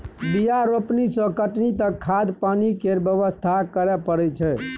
बीया रोपनी सँ कटनी तक खाद पानि केर बेवस्था करय परय छै